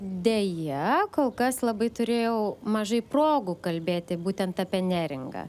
deja kol kas labai turėjau mažai progų kalbėti būtent apie neringą